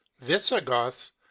visigoths